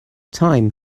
time